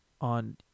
on